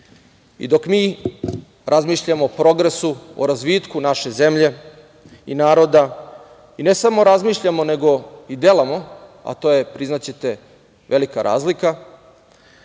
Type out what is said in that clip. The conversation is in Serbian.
mi razmišljamo o progresu, o razvitku naše zemlje i naroda, ne samo razmišljamo, nego i delamo, a to je priznaćete velika razlika,